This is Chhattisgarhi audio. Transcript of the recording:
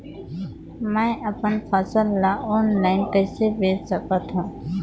मैं अपन फसल ल ऑनलाइन कइसे बेच सकथव?